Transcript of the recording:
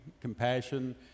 compassion